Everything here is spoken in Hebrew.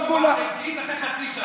קיבלתי תשובה חלקית אחרי חצי שנה.